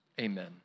Amen